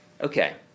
okay